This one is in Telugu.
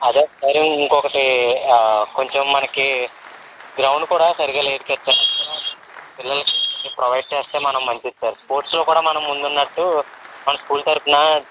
అదే సార్ ఇంకొకటి కొంచెం మనకి గ్రౌండు కూడా సరిగా లేదు కదా సార్ కొంచెం పిల్లలకి కొంచెం ప్రొవైడ్ చేస్తే మనం మంచిది సార్ స్పోర్ట్స్లో కూడా మనం ముందున్నట్టు మన స్కూల్ తరుపున